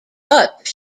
but